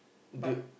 they